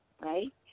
right